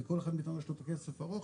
ולכל אחד איתנו יש כסף ארוך,